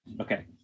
okay